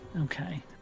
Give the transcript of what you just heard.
Okay